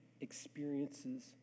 experiences